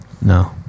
No